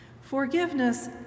Forgiveness